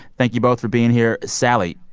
thank you both for being here. sally,